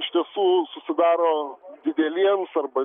iš tiesų susidaro dideliems arba